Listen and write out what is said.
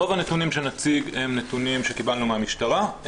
רוח הנתונים שנציג הם נתונים שקיבלנו מהמשטרה,